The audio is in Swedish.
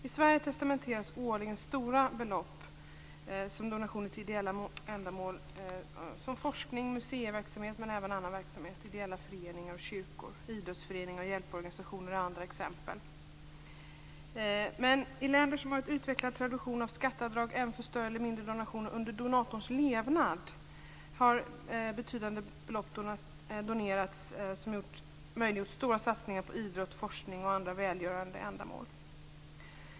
I Sverige testamenteras årligen stora belopp som donationer till ideella ändamål som forskning och museiverksamhet men även till annan verksamhet, t.ex. till ideella föreningar och kyrkor. Idrottsföreningar och hjälporganisationer är andra exempel. I länder som har en utvecklad tradition av skatteavdrag även för större eller mindre donationer under donatorns levnad har betydande belopp donerats som har möjliggjort stora satsningar på idrott, forskning och andra välgörande ändamål.